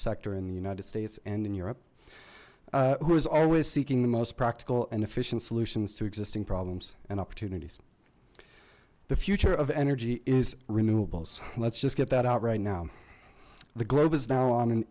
sector in the united states and in europe who is always seeking the most practical and efficient solutions to existing problems and opportunities the future of energy is renewables let's just get that out right now the globe is now on